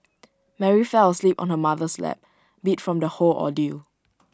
Mary fell asleep on her mother's lap beat from the whole ordeal